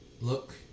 look